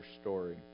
story